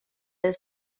las